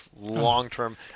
long-term